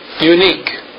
Unique